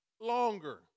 longer